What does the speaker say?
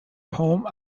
poem